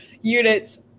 units